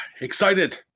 excited